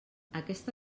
aquesta